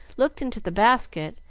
looked into the basket,